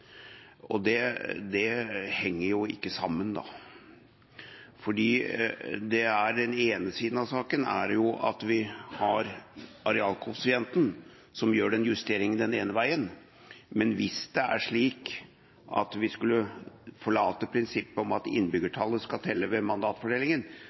og det henger jo ikke sammen. Den ene siden av saka er at vi har arealkoeffisienten som gjør justeringa den ene veien, men hvis det er slik at vi skulle forlate prinsippet om at